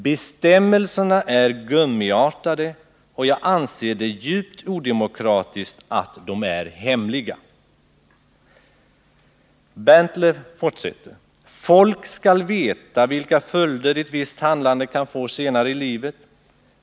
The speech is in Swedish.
Bestämmelserna är gummiartade och jag anser det djupt odemokratiskt att de är hemliga. — Folk ska veta vilka följder ett visst handlande kan få senare i livet.